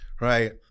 Right